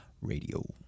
radio